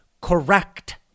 correct